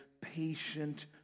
patient